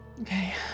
Okay